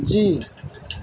جی